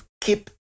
keep